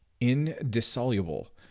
Indissoluble